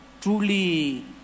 truly